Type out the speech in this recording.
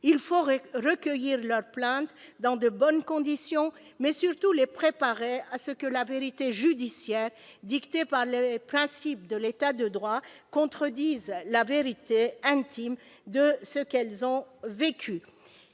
Il faut recueillir leurs plaintes dans de bonnes conditions, mais surtout les préparer à ce que la vérité judiciaire, dictée par les principes de l'État de droit, contredise la vérité intime de ce qu'elles ont vécu.